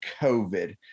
COVID